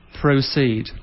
Proceed